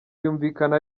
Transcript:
yumvikana